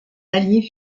allié